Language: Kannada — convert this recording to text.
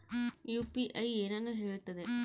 ಯು.ಪಿ.ಐ ಏನನ್ನು ಹೇಳುತ್ತದೆ?